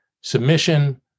submission